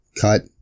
cut